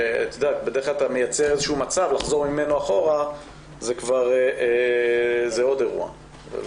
בדרך כלל אתה יוצר מצב שלחזור ממנו אחורה זה עוד אירוע.